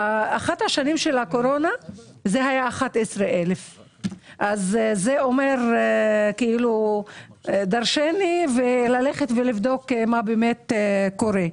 באחת השנים של הקורונה זה היה 11,000. זה אומר דרשני ולבדוק מה באמת קורה.